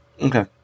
Okay